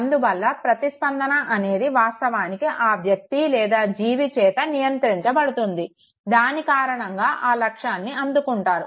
అందువల్ల ప్రతిస్పందన అనేది వాస్తవానికి ఆ వ్యక్తి లేదా జీవి చేత నియంత్రించబడుతుంది దాని కారణంగా ఆ లక్ష్యాన్ని అందుకుంటారు